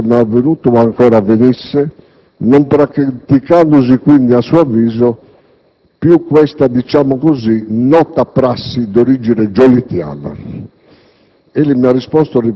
questo non era forse mai avvenuto o ancora avvenisse, non praticandosi quindi, a suo avviso, più questa, diciamo così, nota prassi d'origine giolittiana!